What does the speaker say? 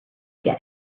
get